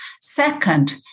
Second